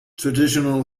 traditional